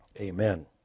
amen